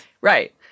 Right